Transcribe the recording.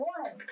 one